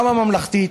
גם הממלכתית,